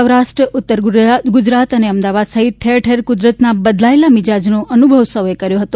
સૌરાષ્ટ્ર ઉત્તર ગુજરાત અને અમદાવાદ સહિત ઠેરઠેર કુદરતના બદલાયેલા મિજાજનો અનુભવ સૌએ કર્યો હતો